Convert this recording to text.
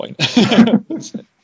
point